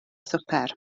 swper